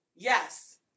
Yes